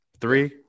three